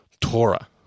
Torah